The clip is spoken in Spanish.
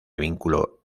vínculo